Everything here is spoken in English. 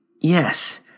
Yes